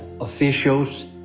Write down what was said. officials